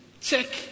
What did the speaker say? Check